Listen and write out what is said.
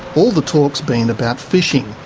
all the talk's been about fishing,